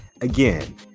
again